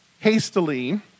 hastily